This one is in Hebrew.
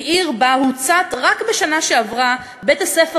היא עיר שבה הוצת רק בשנה שעברה בית-הספר